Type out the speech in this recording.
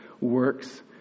works